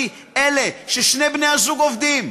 אותה קבוצה של אלה ששני בני-הזוג עובדים,